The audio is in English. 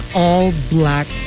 all-black